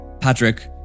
Patrick